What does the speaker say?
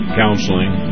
counseling